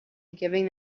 giving